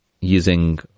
using